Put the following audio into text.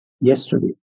yesterday